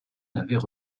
n’avaient